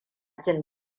jin